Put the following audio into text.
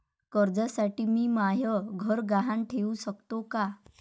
कर्जसाठी मी म्हाय घर गहान ठेवू सकतो का